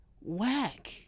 whack